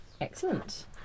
Excellent